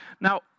Now